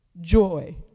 joy